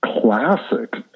classic